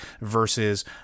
Versus